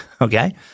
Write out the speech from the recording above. okay